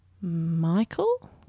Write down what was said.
Michael